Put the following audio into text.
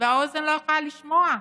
והאוזן לא יכולה לשמוע.